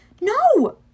no